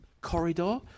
corridor